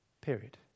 period